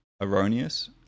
erroneous